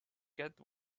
get